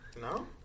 No